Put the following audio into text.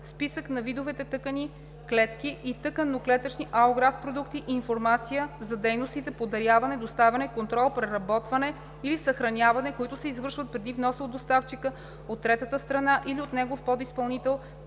списък на видовете тъкани, клетки и тъканно-клетъчни алографт продукти и информация за дейностите по даряване, доставяне, контрол, преработване или съхраняване, които се извършват преди вноса от доставчика от третата страна или от негов подизпълнител,